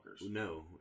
No